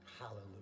Hallelujah